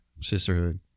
Sisterhood